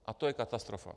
A to je katastrofa.